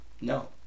No